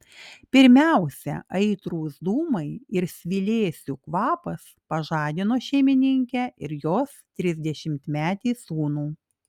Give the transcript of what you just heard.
pirmiausia aitrūs dūmai ir svilėsių kvapas pažadino šeimininkę ir jos trisdešimtmetį sūnų